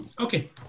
Okay